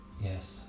Yes